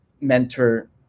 mentor